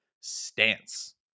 stance